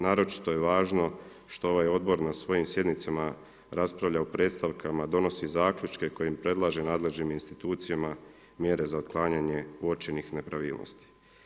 Naročito je važno što ovaj odbor na svojim sjednicama raspravlja o predstavkama, donosi zaključke kojim predlaže nadležnim institucijama mjere za otklanjanje uočenih nepravilnosti.